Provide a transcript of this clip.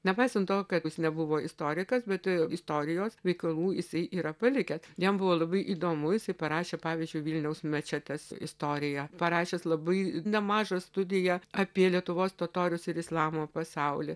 nepaisant to kad jis nebuvo istorikas bet istorijos veikalų yra palikęs jam buvo labai įdomu jisai parašė pavyzdžiui vilniaus mečetės istoriją parašęs labai nemažą studiją apie lietuvos totorius ir islamo pasaulį